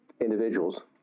individuals